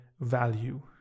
value